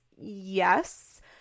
yes